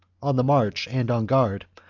on the march, and on guard,